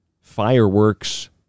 fireworks